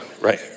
right